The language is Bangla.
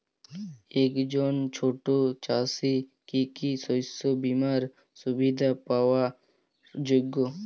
একজন ছোট চাষি কি কি শস্য বিমার সুবিধা পাওয়ার যোগ্য?